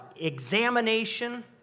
examination